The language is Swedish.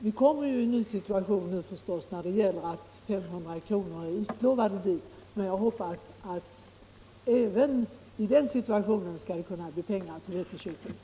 Vi kommer förstås i en ny situation med hänsyn till de 500 milj.kr. som är utlovade till fonden, men jag hoppas att det även i den situationen skall finnas pengar till veteköpet.